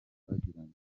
twagiranye